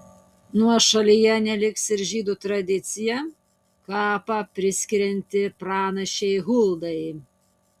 nuošalyje neliks ir žydų tradicija kapą priskirianti pranašei huldai